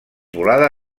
volada